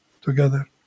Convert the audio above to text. together